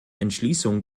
entschließung